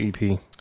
EP